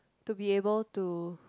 to be able to